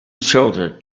children